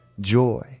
joy